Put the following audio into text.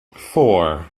four